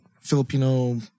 Filipino